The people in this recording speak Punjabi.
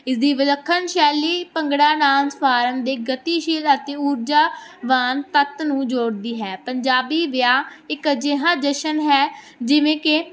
ਇਸ ਦੀ ਵਿਲੱਖਣ ਸ਼ੈਲੀ ਭੰਗੜਾ ਨਾਮ ਉਸਾਰਣ ਦੇ ਗਤੀਸ਼ੀਲ ਅਤੇ ਊਰਜਾਵਾਨ ਤੱਤ ਨੂੰ ਜੋੜਦੀ ਹੈ ਪੰਜਾਬੀ ਵਿਆਹ ਇੱਕ ਅਜਿਹਾ ਜਸ਼ਨ ਹੈ ਜਿਵੇਂ ਕਿ